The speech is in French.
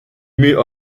mis